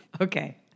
Okay